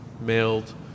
mailed